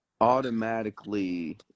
automatically